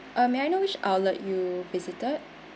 uh may I know which outlet you visited